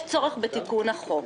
יש צורך בתיקון החוק.